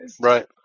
Right